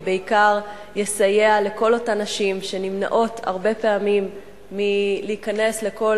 ובעיקר יסייע לכל אותן נשים שנמנעות הרבה פעמים מלהיכנס לכל